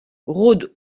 rôde